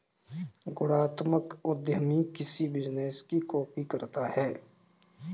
गुणात्मक उद्यमी किसी बिजनेस की कॉपी करता है